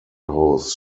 coast